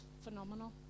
phenomenal